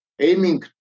aiming